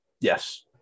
yes